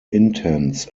intents